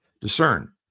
Discern